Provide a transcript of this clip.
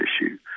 issue